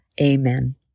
Amen